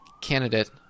candidate